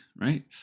right